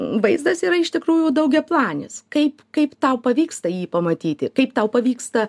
vaizdas yra iš tikrųjų daugiaplanis kaip kaip tau pavyksta jį pamatyti kaip tau pavyksta